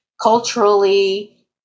culturally